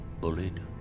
bullied